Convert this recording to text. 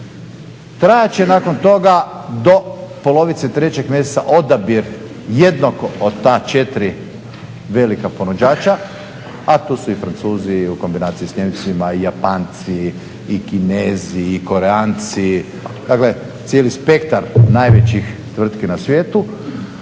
Trajat će nakon toga do polovice 3. mjeseca odabir jednog od ta četiri velika ponuđača, a tu su i Francuzi u kombinaciji s Nijemcima, Japanci i Kinezi i Korejanci, dakle cijeli spektar najvećih tvrtki na svijetu.